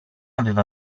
aveva